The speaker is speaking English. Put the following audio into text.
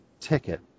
ticket